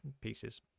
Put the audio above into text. pieces